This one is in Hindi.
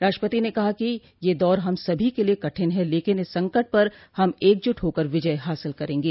राष्ट्रपति ने कहा कि यह दौर हम सभी के लिए कठिन है लेकिन इस संकट पर हम एकजुट होकर विजय हासिल करेंगे